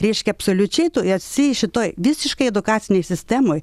reiškia absoliučiai tu esi šitoj visiškai edukacinėj sistemoj